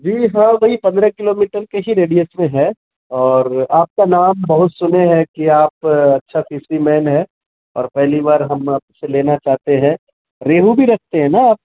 جی ہاں وہی پندرہ کلو میٹر کے ہی ریڈیئس میں ہے اور آپ کا نام بہت سنے ہیں کہ آپ اچھا فسری مین ہیں اور پہلی بار ہم آپ سے لینا چاہتے ہیں ریہو بھی رکھتے ہیں نا آپ